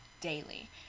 daily